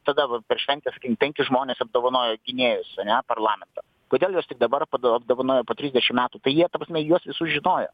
tada va per šventes penkis žmones apdovanojo gynėjus ane parlamento kodėl juos tik dabar apdovanojo po trisdešim metų tai jie ta prasme juos visus žinojo